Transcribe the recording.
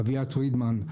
אביעד פרידמן,